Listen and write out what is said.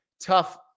tough